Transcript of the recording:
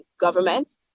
government